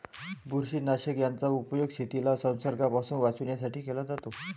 बुरशीनाशक याचा उपयोग शेतीला संसर्गापासून वाचवण्यासाठी केला जातो